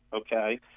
Okay